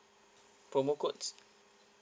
promo codes